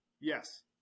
yes